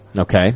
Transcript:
Okay